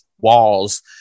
walls